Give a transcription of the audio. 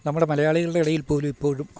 നമ്മുടെ മലയാളികളുടെയിടയിൽ പോലും ഇപ്പോഴും